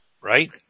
right